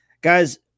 Guys